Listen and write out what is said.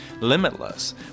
limitless